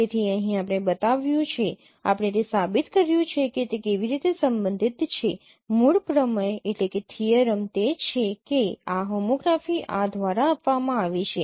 તેથી અહી આપણે બતાવ્યું છે આપણે તે સાબિત કર્યું છે કે તે કેવી રીતે સંબંધિત છે મૂળ પ્રમેય તે છે કે આ હોમોગ્રાફી આ દ્વારા આપવામાં આવી છે